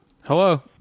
Hello